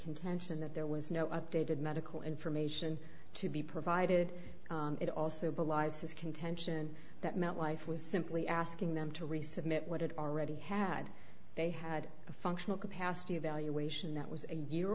contention that there was no updated medical information to be provided it also belies his contention that metlife was simply asking them to resubmit what had already had they had a functional capacity evaluation that was a year